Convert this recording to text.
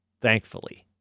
Thankfully